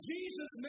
Jesus